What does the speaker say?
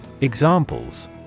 Examples